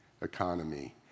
economy